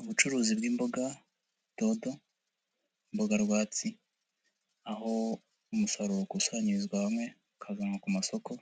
Ubucuruzi bw'imboga dodo, imboga rwatsi, aho umusaruro ukusanyirizwa hamwe ukajyanwa ku masoko,